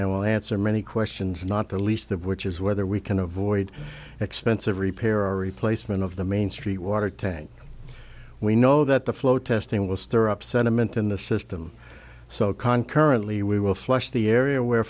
and will answer many questions not the least of which is whether we can avoid expensive repair or replacement of the main street water tank we know that the flow testing will stir up sentiment in the system so conquer and lee we will flush the area where